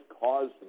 caused